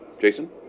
Jason